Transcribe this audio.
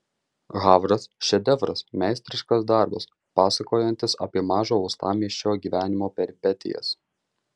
havras šedevras meistriškas darbas pasakojantis apie mažo uostamiesčio gyvenimo peripetijas